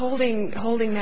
holding holding